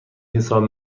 حساب